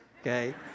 okay